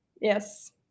yes